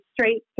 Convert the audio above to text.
straight